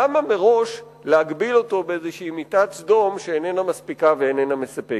למה מראש להגביל אותו באיזו מיטת סדום שאיננה מספיקה ואיננה מספקת?